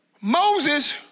Moses